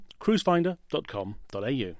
cruisefinder.com.au